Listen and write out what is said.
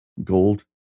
Gold